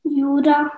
yura